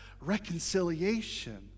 reconciliation